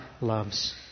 loves